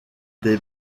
des